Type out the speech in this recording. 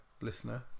listener